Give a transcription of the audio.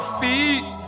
feet